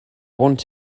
want